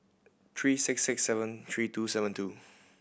three six six seven three two seven two